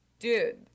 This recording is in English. Dude